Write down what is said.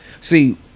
See